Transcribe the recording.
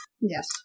Yes